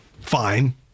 fine